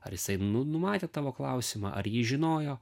ar jisai nu numatė tavo klausimą ar jį žinojo